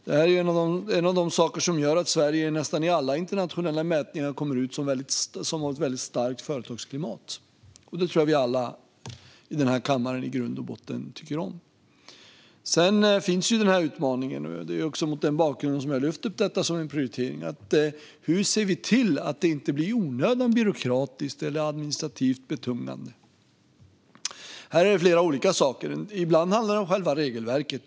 Det här är en av de saker som gör att Sverige i nästan alla internationella mätningar framträder som ett land som har ett starkt företagsklimat. Det tror jag att alla i den här kammaren tycker om. Utmaningen är hur vi ska se till att det inte blir onödigt byråkratiskt eller administrativt betungande. Det är bakgrunden till att jag lyfter upp det som en prioritering. Det handlar om flera olika saker. Ibland handlar det om själva regelverket.